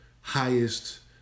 highest